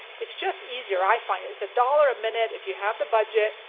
it's just easier i find. it's a dollar minute if you have the budget,